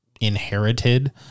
inherited